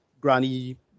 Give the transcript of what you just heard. granny